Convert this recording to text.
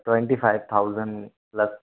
twenty five thousand plus